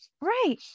right